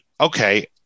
okay